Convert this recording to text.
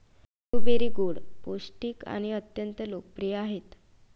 blueberry गोड, पौष्टिक आणि अत्यंत लोकप्रिय आहेत